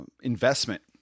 investment